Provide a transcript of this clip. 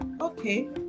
okay